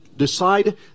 decide